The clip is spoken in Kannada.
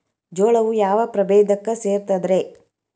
ಜೋಳವು ಯಾವ ಪ್ರಭೇದಕ್ಕ ಸೇರ್ತದ ರೇ?